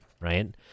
right